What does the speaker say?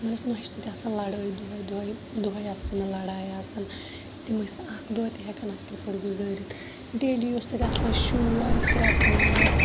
تِمَن ٲس نۄشہِ سۭتۍ آسَن لَڑٲے دُہے دُہے دُہے آسہٕ تِمَن لَڑایہِ آسان تِم ٲسۍ نہٕ اکھ دۄہہ تہِ ہیٚکان اَصل پٲٹھۍ گُزٲرِتھ ڈیلی اوس تَتہِ آسان شور کریٚکہٕ ناد